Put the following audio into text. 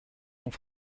sont